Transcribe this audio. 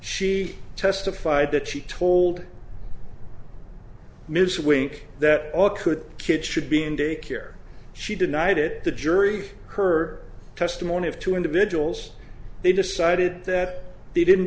she testified that she told ms wink that all could kids should be in daycare she denied it the jury her testimony of two individuals they decided that they didn't